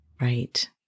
Right